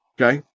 Okay